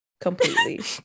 completely